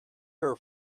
her